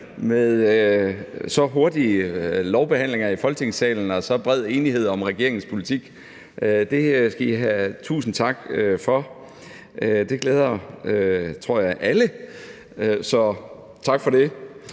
med så hurtige lovbehandlinger her i Folketingssalen og med så bred enighed om regeringens politik. Det skal I have tusind tak for. Det glæder alle, tror jeg, så tak for det.